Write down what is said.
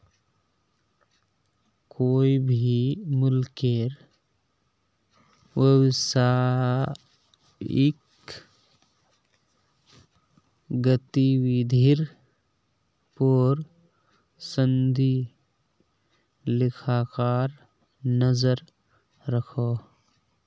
कोए भी मुल्केर व्यवसायिक गतिविधिर पोर संदी लेखाकार नज़र रखोह